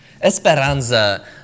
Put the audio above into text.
Esperanza